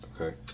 Okay